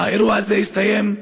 האירוע הזה הסתיים,